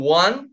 one